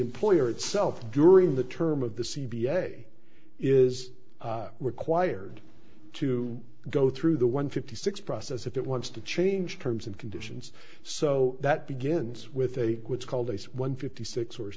employer itself during the term of the c b s a is required to go through the one fifty six process if it wants to change terms and conditions so that begins with a quiz called one fifty six or